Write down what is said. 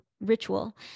ritual